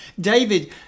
David